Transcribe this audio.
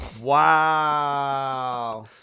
Wow